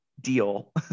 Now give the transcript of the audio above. deal